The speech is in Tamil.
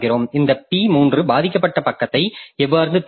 இந்த p3 பாதிக்கப்பட்ட பக்கத்தை எவ்வாறு தேர்ந்தெடுக்கும்